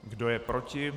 Kdo je proti?